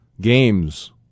games